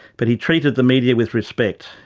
but he treated the media with respect,